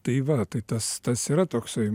tai va tai tas tas yra toksai